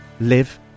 live